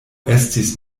estis